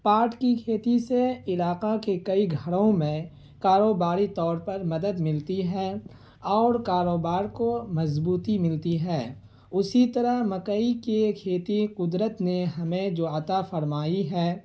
پاٹ کی کھیتی سے علاقہ کے کئی گھروں میں کاروباری طور پر مدد ملتی ہے اور کاروبار کو مضبوطی ملتی ہے اسی طرح مکئی کے کھیتی قدرت نے ہمیں جو عطا فرمائی ہے